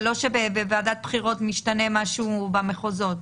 זה לא שבוועדת הבחירות משתנה משהו במחוזות?